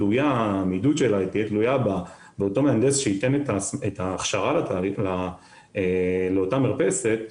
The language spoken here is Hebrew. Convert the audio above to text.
העמידות שלה תהיה תלויה באותו מהנדס שייתן את ההכשר לאותה מרפסת,